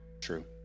true